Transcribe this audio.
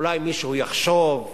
אולי מישהו יחשוב,